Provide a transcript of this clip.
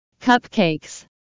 Cupcakes